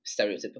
stereotypical